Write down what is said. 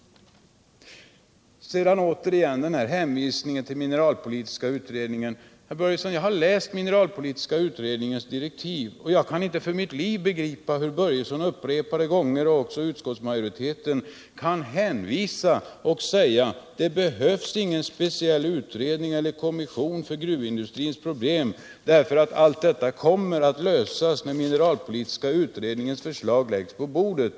Herr Börjesson hänvisar återigen till mineralpolitiska utredningen. Jag har läst denna utrednings direktiv, och jag kan inte för mitt liv begripa hur utskottsmajoriteten genom herr Börjesson upprepade gånger kan hänvisa till utredningen och säga att det inte behövs någon speciell utredning eller kommission för att lösa gruvindustrins problem och att allt detta kommer att lösas när mineralpolitiska utredningens förslag läggs på bordet.